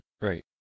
Right